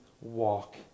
walk